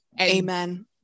Amen